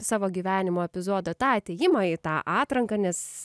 savo gyvenimo epizodą tą atėjimą į tą atranką nes